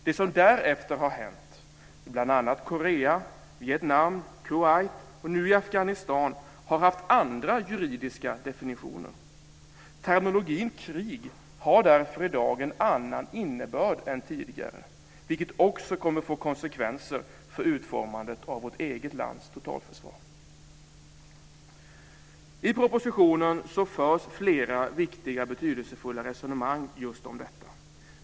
Det som därefter har hänt i bl.a. Korea, Vietnam, Kuwait och nu i Afghanistan har haft andra juridiska definitioner. Termen krig har därför i dag en annan innebörd än tidigare, vilket också kommer att få konsekvenser för utformandet av vårt eget lands totalförsvar. I propositionen förs flera betydelsefulla resonemang om just detta.